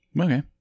Okay